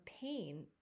pain